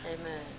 Amen